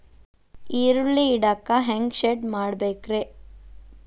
ಈರುಳ್ಳಿ ಇಡಾಕ ಹ್ಯಾಂಗ ಶೆಡ್ ಮಾಡಬೇಕ್ರೇ?